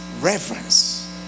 reverence